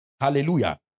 Hallelujah